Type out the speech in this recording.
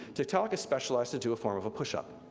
tiktaalik is specialized into a form of a push-up,